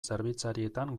zerbitzarietan